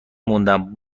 موندم